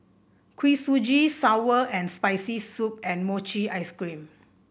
Kuih Suji sour and Spicy Soup and Mochi Ice Cream